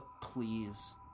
please